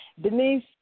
Denise